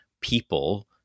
people